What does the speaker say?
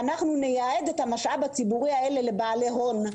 ואנחנו נייעד את המשאב הציבורי הזה לבעלי הון,